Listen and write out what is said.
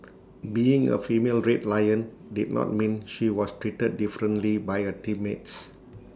being A female red lion did not mean she was treated differently by her teammates